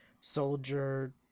soldier